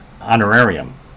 honorarium